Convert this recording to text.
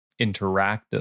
interactive